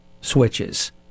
switches